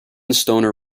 stoner